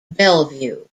bellevue